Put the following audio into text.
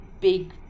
big